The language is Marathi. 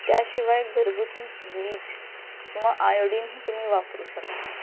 त्याशिवाय घरगुती ब्लीच किंवा आयोडीनही तुम्ही वापरू शकता